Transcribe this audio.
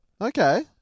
Okay